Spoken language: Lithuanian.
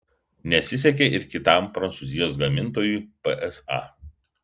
nesisekė ir kitam prancūzijos gamintojui psa